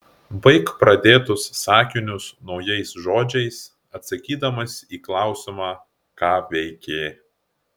baik pradėtus sakinius naujais žodžiais atsakydamas į klausimą ką veikė